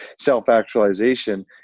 self-actualization